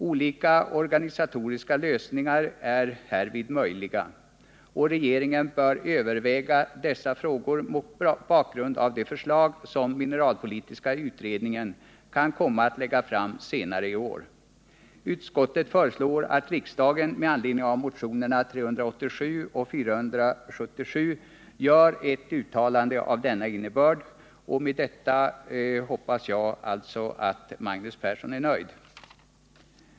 Olika organisatoriska lösningar är härvid möjliga. Regeringen bör överväga dessa frågor mot bakgrund av de förslag som mineralpolitiska utredningen kan komma att lägga fram senare i år. Utskottet föreslår att riksdagen med anledning av motionerna 387 och 477 gör ett uttalande av denna innebörd. Med detta hoppas jag alltså att Magnus Persson är nöjd.